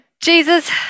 Jesus